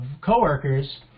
co-workers